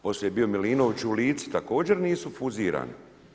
Poslije je bio Milinović u Lici, također nisu bili fuzirani.